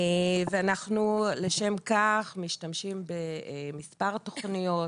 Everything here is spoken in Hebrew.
ואנחנו לשם כך משתמשים במספר תוכניות,